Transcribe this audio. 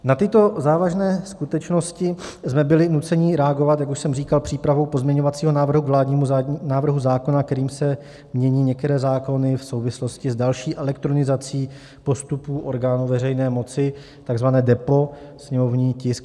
Na tyto závažné skutečnosti jsme byli nuceni reagovat, jak už jsem říkal, přípravou pozměňovacího návrhu k vládnímu návrhu zákona, kterým se mění některé zákony v souvislosti s další elektronizací postupů orgánů veřejné moci, takzvané DEPO, sněmovní tisk 756.